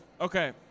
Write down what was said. Okay